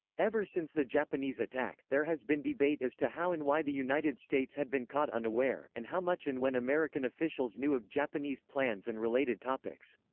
ever since the japanese attack, there has been debate as to how and why the united states had been caught unaware, and how much and when american officials knew of japanese plans and related topics.